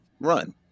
run